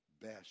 best